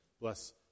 bless